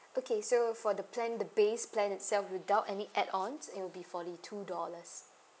okay so for the plan the base plan itself without any add ons it'll be forty two dollars